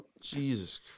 Jesus